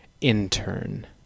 Intern